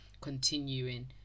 continuing